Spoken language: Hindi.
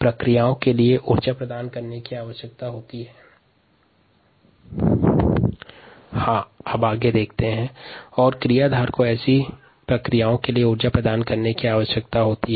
प्रक्रियाओं के लिए उर्जा की आवश्यकता होती है और क्रियाधार ऐसी प्रक्रियाओं के लिए उर्जा प्रदान करता है